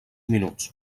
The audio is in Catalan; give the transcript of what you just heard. minuts